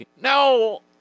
No